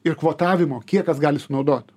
ir kvotavimo kiek kas gali sunaudot